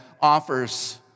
offers